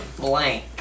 blank